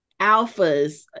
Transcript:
alphas